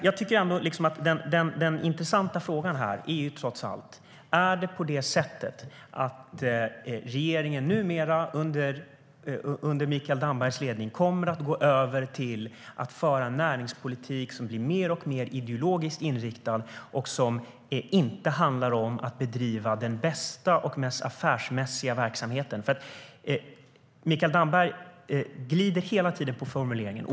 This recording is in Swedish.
Jag tycker ändå att den intressanta frågan trots allt är: Är det på det sättet att regeringen numera under Mikael Dambergs ledning kommer att gå över till att föra en näringspolitik som blir mer och mer ideologiskt inriktad och som inte handlar om att bedriva den bästa och mest affärsmässiga verksamheten? Mikael Damberg glider hela tiden på formuleringarna.